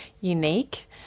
unique